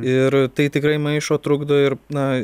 ir tai tikrai maišo trukdo ir na